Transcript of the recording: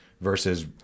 versus